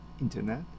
internet